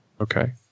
Okay